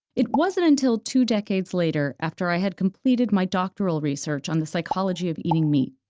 it wasn't until two decades later, after i had completed my doctoral research on the psychology of eating meat,